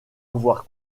avoir